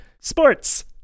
Sports